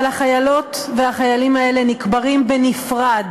אבל החיילות והחיילים האלה נקברים בנפרד,